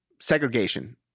Segregation